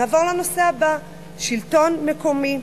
נעבור לנושא הבא: שלטון מקומי,